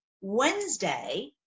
Wednesday